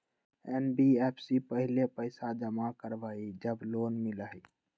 NBFC पहले पईसा जमा करवहई जब लोन मिलहई?